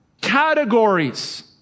categories